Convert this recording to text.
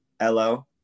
hello